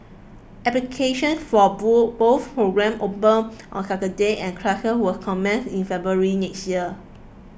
application for both program open on Saturday and classes will commence in February next year